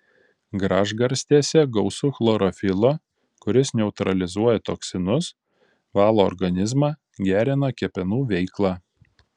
gražgarstėse gausu chlorofilo kuris neutralizuoja toksinus valo organizmą gerina kepenų veiklą